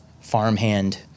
farmhand